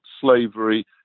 slavery